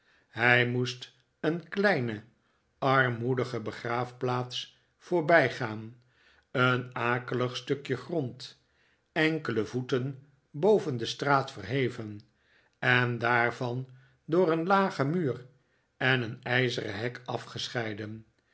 hij moest een kleine armoedige begraafplaats voorbijgaan een akelig stukje grond enkele voeten boven de straat verheven en daarvan door een lagen muur en een ijzeren hek afgescheiden